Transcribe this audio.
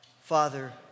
Father